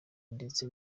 ndetse